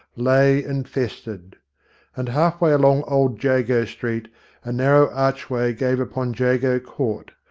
lay and festered and half-way along old jago street a narrow archway gave upon jago court,